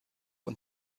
und